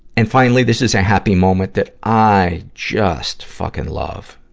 and finally, this is a happy moment that i just fucking love!